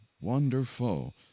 wonderful